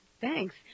thanks